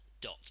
dot